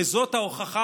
הרי זאת ההוכחה